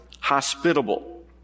hospitable